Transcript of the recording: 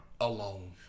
alone